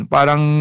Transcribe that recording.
Parang